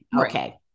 Okay